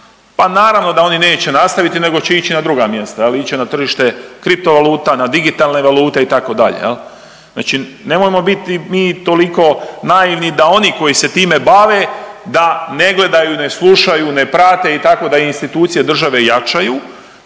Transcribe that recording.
pa naravno da oni neće nastaviti nego će ići na druga mjesta je li, ići će na tržište kripto valuta, na digitalne valute itd. jel. Znači nemojmo biti mi toliko naivni da oni koji se time bave da ne gledaju, ne slušaju, ne prate i tako da institucije države jačaju